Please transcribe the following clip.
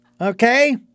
Okay